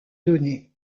donnée